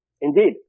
indeed